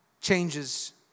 changes